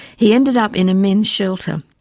he ended up in a men's shelter.